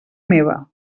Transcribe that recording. meva